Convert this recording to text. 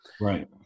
Right